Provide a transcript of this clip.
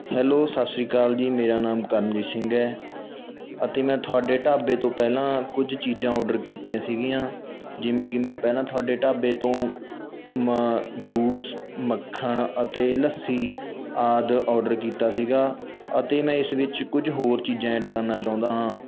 hello ਸਤਿ ਸ਼੍ਰੀ ਅਕਾਲ ਜੀ ਮੇਰਾ ਨਾਮ ਕਰਨਜੀ ਸਿੰਘ ਹੈ ਅਤੇ ਮੈਂ ਤੁਹਾਡੇ ਢਾਬੇ ਤੋਂ ਪਹਿਲਾਂ ਕੁਝ ਚੀਜ਼ਾਂ ਔਡਰ ਕੀਤੀਆਂ ਸੀਗੀਆਂ ਜਿਵੇਂ ਕਿ ਮੈਂ ਪਹਿਲਾਂ ਤੁਹਾਡੇ ਢਾਬੇ ਤੋਂ ਮ ਜੂਸ ਮੱਖਣ ਅਤੇ ਲੱਸੀ ਆਦਿ ਔਡਰ ਕੀਤਾ ਸੀਗਾ ਅਤੇ ਮੈਂ ਇਸ ਵਿੱਚ ਕੁਝ ਹੋਰ ਚੀਜ਼ਾਂ ਐਡ ਕਰਨਾ ਚਾਹੁੰਦਾ ਹਾਂ